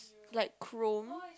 like chrome